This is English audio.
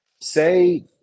Say